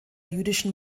jüdischen